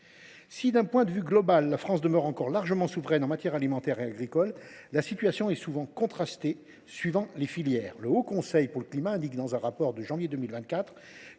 Si, d’un point de vue global, la France demeure largement souveraine en matière alimentaire et agricole, la situation est souvent contrastée selon les filières. Ainsi, le Haut Conseil pour le climat indique dans un rapport de janvier 2024